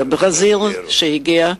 המושל של ברזיל, שהגיע,